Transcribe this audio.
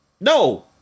no